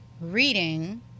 reading